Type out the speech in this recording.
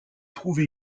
trouver